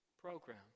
program